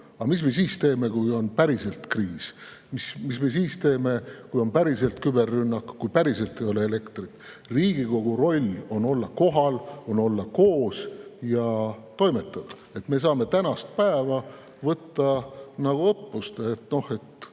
mis me siis teeme, kui on päriselt kriis, mis me siis teeme, kui on päriselt küberrünnak, kui päriselt ei ole elektrit? Riigikogu roll on olla kohal, olla koos ja toimetada.Me saame tänast päeva võtta nagu õppust. Kui soovite,